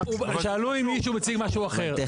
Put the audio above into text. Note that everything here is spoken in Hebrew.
שאלו אם מישהו מציג משהו אחר,